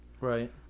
Right